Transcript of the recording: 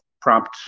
prompt